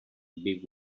big